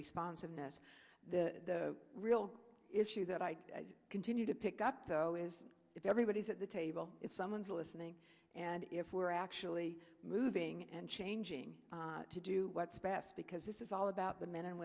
response in this the real issue that i continue to pick up though is if everybody's at the table if someone's listening and if we're actually moving and changing to do what's best because this is all about the men and